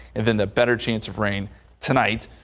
and then the better chance of rain tonight,